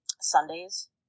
Sundays